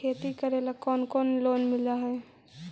खेती करेला कौन कौन लोन मिल हइ?